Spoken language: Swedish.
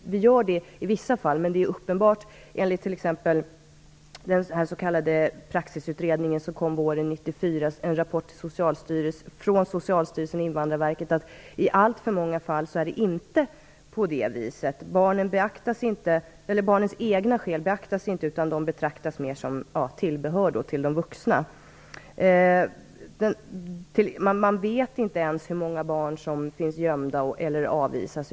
Vi gör det i vissa fall. Det är dock uppenbart enligt t.ex. den s.k. praxisutredningen som kom våren 1994 - en rapport från Socialstyrelsen och Invandrarverket - att det i alltför många fall inte är på det här sättet. Barnens egna skäl beaktas inte utan de betraktas mera som tillbehör till de vuxna. Man vet inte ens hur många barn som finns gömda eller avvisas.